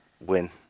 win